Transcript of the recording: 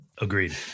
Agreed